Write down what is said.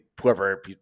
whoever